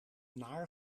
naar